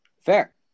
Fair